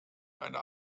einer